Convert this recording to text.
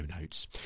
notes